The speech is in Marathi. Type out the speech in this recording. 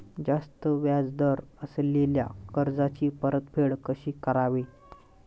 जास्त व्याज दर असलेल्या कर्जाची परतफेड कशी करावी?